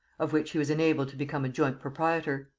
of which he was enabled to become a joint proprietor.